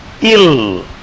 ill